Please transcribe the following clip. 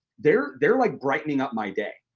they're they're like brightening up my day.